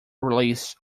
released